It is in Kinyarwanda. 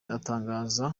atangaza